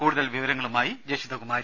കൂടുതൽ വിവരങ്ങളുമായി ജഷിത കുമാരി